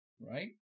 right